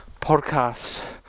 podcast